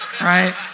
right